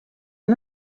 une